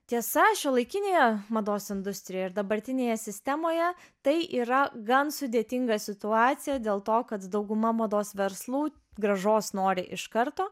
tiesa šiuolaikinėje mados industrijoje ir dabartinėje sistemoje tai yra gan sudėtinga situacija dėl to kad dauguma mados verslų grąžos nori iš karto